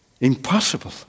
Impossible